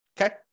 Okay